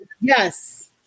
Yes